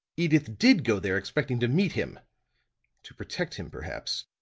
edyth did go there expecting to meet him to protect him, perhaps.